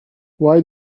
why